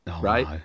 right